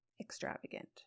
extravagant